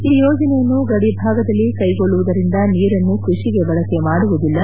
ಈ ಯೋಜನೆಯನ್ನು ಗಡಿ ಭಾಗದಲ್ಲಿ ಕ್ಲೆಗೊಳ್ಲುವುದರಿಂದ ನೀರನ್ನು ಕೃಷಿಗೆ ಬಳಕೆ ಮಾಡುವುದಿಲ್ಲ